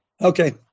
Okay